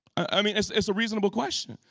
i mean, it's it's a reasonable question.